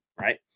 right